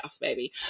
baby